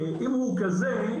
אם הוא כזה,